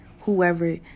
Whoever